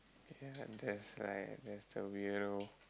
I heard that's like that's the weirdo